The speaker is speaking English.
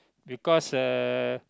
because uh